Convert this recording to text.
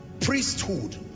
priesthood